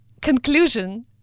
conclusion